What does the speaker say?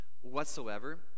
whatsoever